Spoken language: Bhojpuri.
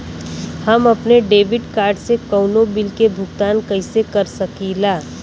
हम अपने डेबिट कार्ड से कउनो बिल के भुगतान कइसे कर सकीला?